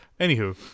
anywho